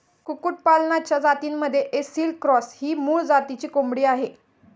कुक्कुटपालनाच्या जातींमध्ये ऐसिल क्रॉस ही मूळ जातीची कोंबडी आहे